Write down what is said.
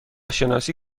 شناسی